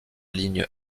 ligne